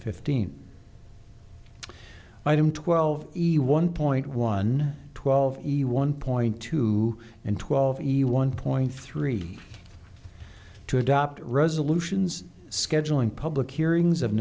fifteen item twelve easy one point one twelve one point two and twelve one point three two adopt resolutions scheduling public hearings of